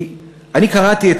אני קראתי את